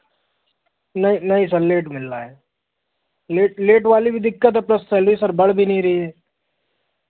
नहीं नहीं sir late मिल रहा है लेट लेट वाली भी दिक्कत है प्लस सैलरी सर बढ़ भी नहीं रही है